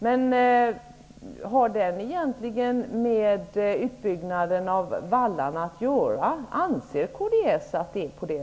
Men har den egentligen med utbyggnaden av vallarna att göra? Anser kds det?